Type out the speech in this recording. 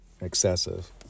excessive